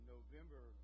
November